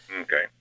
Okay